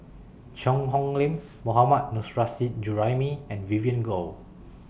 Cheang Hong Lim Mohammad Nurrasyid Juraimi and Vivien Goh